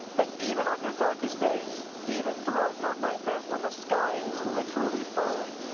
that even on your darkest days, even throughout your nightmares, when the sky is literally falling,